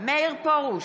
מאיר פרוש,